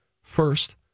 First